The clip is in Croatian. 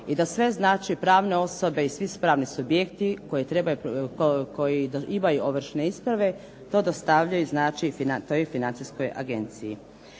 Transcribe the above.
i da sve pravne osobe i svi pravni subjekti koji imaju ovršne isprave to dostavljaju toj Financijskoj agenciji.